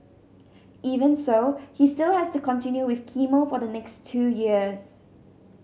even so he still has to continue with chemo for the next two years